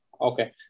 Okay